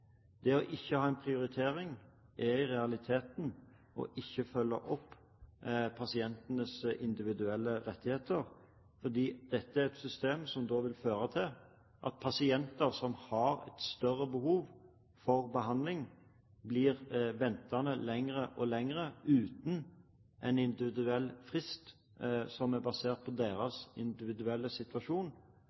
Det å ikke ha en prioritering er i realiteten å ikke følge opp pasientenes individuelle rettigheter, for dette er et system som da vil føre til at pasienter som har et større behov for behandling, må vente lenger og lenger uten en individuell frist som er basert på deres individuelle situasjon,